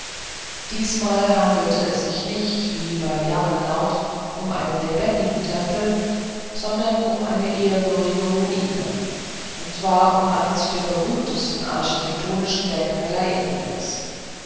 diesmal handelte es sich nicht wie bei jaggernauth um einen lebendigen tempel sondern um eine ehrwürdige ruine und zwar um eins der berühmtesten architektonischen denkmäler indiens